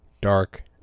Dark